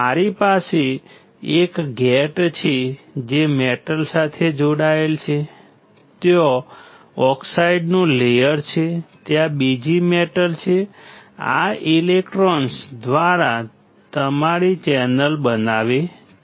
મારી પાસે એક ગેટ છે જે મેટલ સાથે જોડાયેલ છે ત્યાં ઓક્સાઇડનું લેયર છે ત્યાં બીજી મેટલ છે આ ઇલેક્ટ્રોન્સ દ્વારા તમારી ચેનલ બનાવે છે